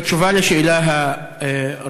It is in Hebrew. בתשובה על השאלה הראשונה,